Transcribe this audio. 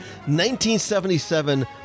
1977